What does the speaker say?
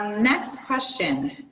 next question.